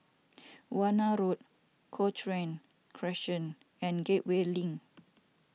Warna Road Cochrane Crescent and Gateway Link